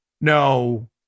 no